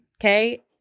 okay